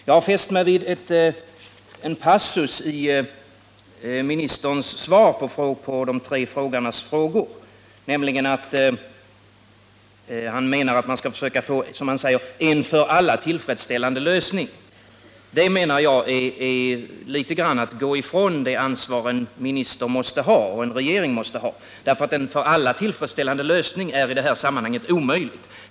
Jag har särskilt fäst mig vid en passus i ministerns svar på frågeställarnas frågor, nämligen där han menar att man skall försöka få en, som han säger, ”för alla tillfredsställande lösning”. Det menar jag är att gå ifrån det ansvar en minister och en regering måste ha, eftersom en för alla tillfredsställande lösning i det här sammanhanget är omöjlig att ernå.